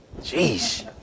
Jeez